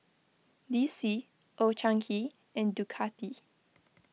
D C Old Chang Kee and Ducati